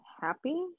happy